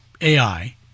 ai